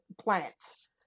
plants